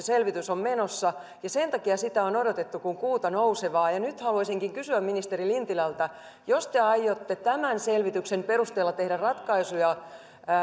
selvitys on menossa ja sen takia sitä on odotettu kuin kuuta nousevaa nyt haluaisinkin kysyä ministeri lintilältä jos te aiotte tämän selvityksen perusteella tehdä ratkaisuja